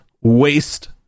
waste